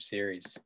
Series